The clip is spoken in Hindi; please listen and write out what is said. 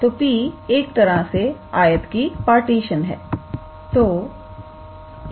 तो P एक तरह से आयत की पार्टीशन है